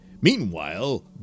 Meanwhile